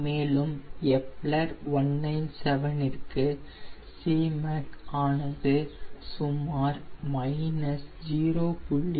மேலும் எப்லர் 197 ற்கு Cmac ஆனது சுமார் 0